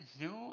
Zoo